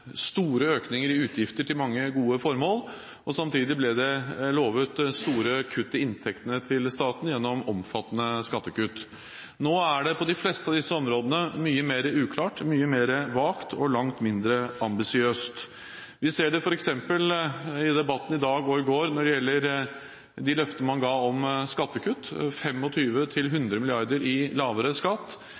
store økninger i utgifter til mange gode formål. Samtidig ble det lovet store kutt i inntektene til staten gjennom omfattende skattekutt. Nå er det på de fleste av disse områdene mye mer uklart, mye mer vagt og langt mindre ambisiøst. Vi ser det f.eks. i debatten i går og i dag når det gjelder de løftene man ga om skattekutt: 25–100 mrd. kr i lavere skatt.